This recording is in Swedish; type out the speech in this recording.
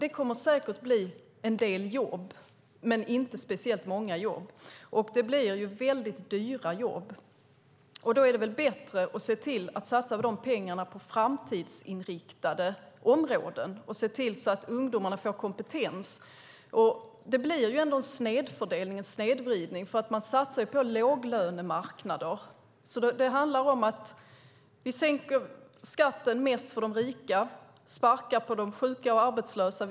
Det kommer säkert att bli en del jobb, men inte speciellt många jobb. Det blir väldigt dyra jobb. Det är bättre att se till att satsa de pengarna på framtidsinriktade områden och se till att ungdomarna får kompetens. Det blir en snedfördelning och snedvridning. Man satsar på låglönemarknader. Vi sänker skatten mest för de rika och sparkar på de sjuka och arbetslösa.